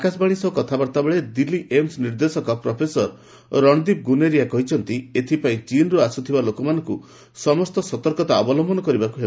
ଆକାଶବାଣୀ ସହ କଥାବାର୍ତ୍ତା ବେଳେ ଦିଲ୍ଲୀ ଏମ୍ସ ନିର୍ଦ୍ଦେଶକ ପ୍ରଫେସର ରଣଦୀପ ଗୁନେରିଆ କହିଛନ୍ତି ଏଥିପାଇଁ ଚୀନରୁ ଆସୁଥିବା ଲୋକମାନଙ୍କୁ ସମସ୍ତ ସତର୍କତା ଅବଲମ୍ଘନ କରିବାକୁ ହେବ